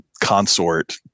consort